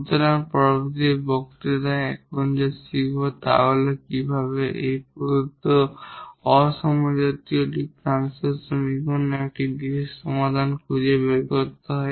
সুতরাং পরবর্তী বক্তৃতায় আমরা এখন যা শিখব তা হল কিভাবে প্রদত্ত নন হোমোজিনিয়াস ডিফারেনশিয়াল সমীকরণের একটি বিশেষ সমাধান খুঁজে বের করতে হয়